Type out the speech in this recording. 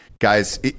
guys